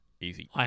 Easy